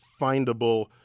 findable